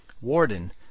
Warden